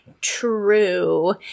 true